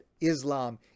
Islam